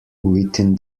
within